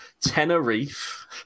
Tenerife